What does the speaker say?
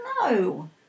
No